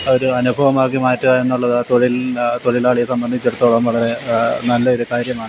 ഒരു അനുഭവമാക്കി മാറ്റുക എന്നുള്ളത് ആ തൊഴിൽ ആ തൊഴിലാളിയെ സംബന്ധിച്ചിടത്തോളം വളരെ നല്ല ഒരു കാര്യമാണ്